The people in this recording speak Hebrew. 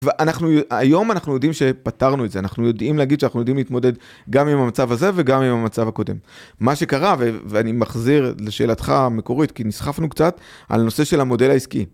אנחנו היום אנחנו יודעים שפתרנו את זה אנחנו יודעים להגיד שאנחנו יודעים להתמודד גם עם המצב הזה וגם עם המצב הקודם. מה שקרה, ואני מחזיר לשאלתך המקורית כי נסחפנו קצת על הנושא של המודל העסקי.